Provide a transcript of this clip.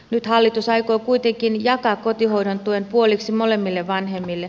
nyt hallitus aikoo kuitenkin jakaa kotihoidon tuen puoliksi molemmille vanhemmille